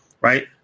right